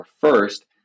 first